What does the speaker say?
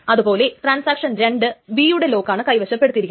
അതുപോലെ transaction 2 B യുടെ ലോക്കാണ് കൈവശപ്പെടുത്തിയിരിക്കുന്നത്